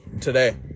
today